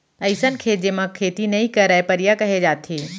अइसन खेत जेमा खेती नइ करयँ परिया कहे जाथे